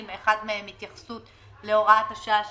כאשר אחד מהם הוא התייחסות להוראת השעה שפוקעת,